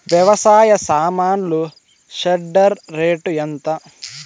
వ్యవసాయ సామాన్లు shredder rate ఎంత?